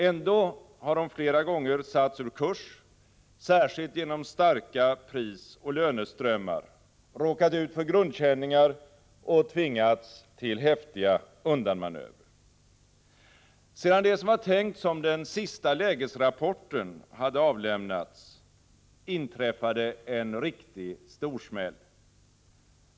Ändå har hon flera gånger satts ur kurs, särskilt genom starka prisoch löneströmmar, råkat ut för grundkänningar och tvingats till häftiga undanmanövrer. Sedan det som var tänkt som den sista lägesrapporten hade avlämnats, inträffade en riktig storsmäll.